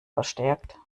verstärkt